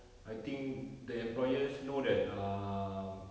I think the employers know that um